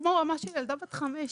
כמו ילדה בת חמש.